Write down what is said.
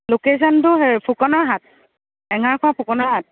ল'কেচনটো হেৰি ফুকনৰ হাট এঙাৰখোৱা ফুকনৰ হাট